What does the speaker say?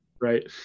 right